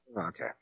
Okay